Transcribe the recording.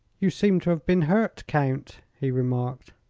you seem to have been hurt, count, he remarked.